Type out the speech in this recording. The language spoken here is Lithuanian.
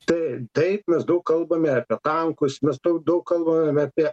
tai taip mes daug kalbame apie tankus mes daug daug kalbame ir apie